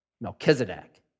Melchizedek